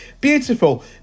beautiful